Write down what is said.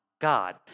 God